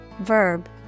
verb